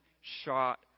shot